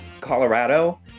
Colorado